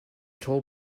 toll